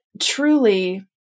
truly